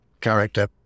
character